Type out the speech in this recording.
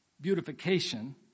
beautification